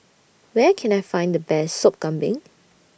Where Can I Find The Best Sop Kambing